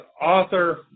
author